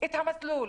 את המסלול